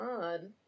on